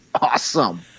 awesome